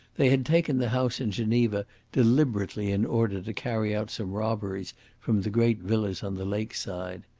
they had taken the house in geneva deliberately in order to carry out some robberies from the great villas on the lake-side.